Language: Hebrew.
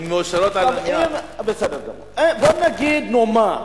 אתה יודע מה?